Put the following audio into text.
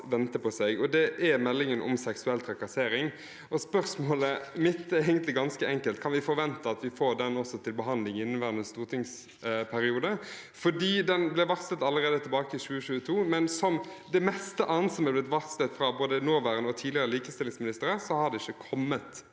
vente på seg, og det er meldingen om seksuell trakassering. Spørsmålet mitt er egentlig ganske enkelt: Kan vi forvente at vi får også den til behandling i inneværende stortingsperiode? Den ble varslet allerede tilbake i 2022, men som det meste annet som har blitt varslet fra både nåværende likestillingsminister og tidligere likestillingsministre, har det ikke kommet